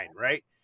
Right